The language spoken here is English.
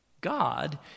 God